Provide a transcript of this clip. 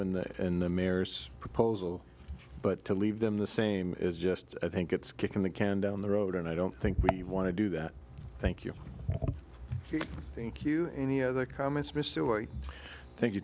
and that in the mayor's proposal but to leave them the same is just i think it's kicking the can down the road and i don't think we want to do that thank you thank you any other comments thank you